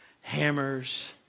hammers